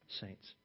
Saints